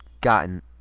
gotten